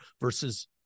versus